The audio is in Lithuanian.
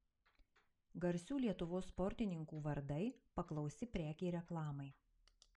garsių lietuvos sportininkų vardai paklausi prekė reklamai